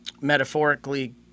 metaphorically